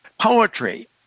Poetry